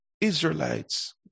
Israelites